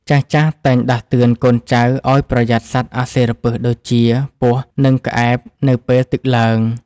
ចាស់ៗតែងដាស់តឿនកូនចៅឱ្យប្រយ័ត្នសត្វអាសិរពិសដូចជាពស់ និងក្អែបនៅពេលទឹកឡើង។